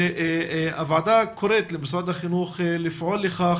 הוועדה קוראת למשרד החינוך לפעול לכך